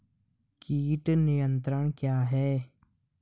कीट नियंत्रण क्या है?